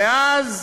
ואז